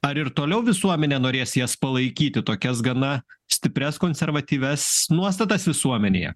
ar ir toliau visuomenė norės jas palaikyti tokias gana stiprias konservatyvias nuostatas visuomenėje